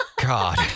God